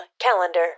calendar